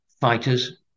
fighters